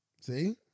See